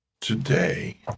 today